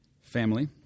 family